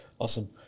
Awesome